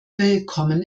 willkommen